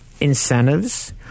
incentives